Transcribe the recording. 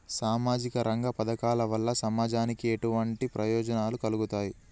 సామాజిక రంగ పథకాల వల్ల సమాజానికి ఎటువంటి ప్రయోజనాలు కలుగుతాయి?